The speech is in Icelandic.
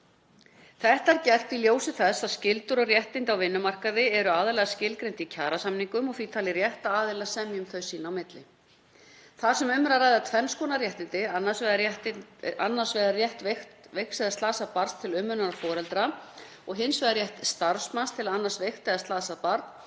Þetta er gert í ljósi þess að skyldur og réttindi á vinnumarkaði eru aðallega skilgreind í kjarasamningum og því talið rétt að aðilar semji um þau sín á milli. Þar sem um er að ræða tvenns konar réttindi, annars vegar rétt veiks eða slasaðs barns til umönnunar foreldra og hins vegar rétt starfsmanns til að annast veikt eða slasað barn